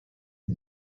how